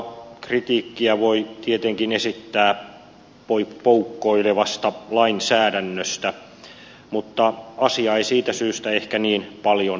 kritiikkiä voi tietenkin esittää poukkoilevasta lainsäädännöstä mutta asia ei siitä syystä ehkä niin paljon kirpaisekaan